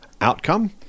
outcome